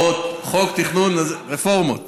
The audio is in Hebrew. רפורמות